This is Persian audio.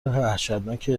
وحشتناکی